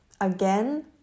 again